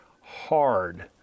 hard